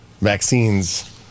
vaccines